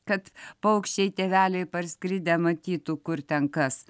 kad paukščiai tėveliai parskridę matytų kur ten kas